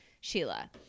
Sheila